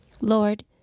Lord